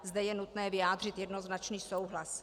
Zde je nutné vyjádřit jednoznačný souhlas.